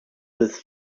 with